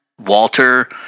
Walter